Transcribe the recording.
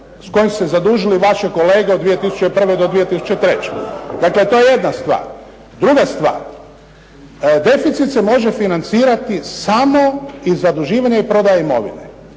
s kojima su se zadužili vaše kolege od 2001. do 2003. dakle to je jedna stvar. Druga stvar. Deficit se može financirati samo i zaduživanjem i prodaje imovine.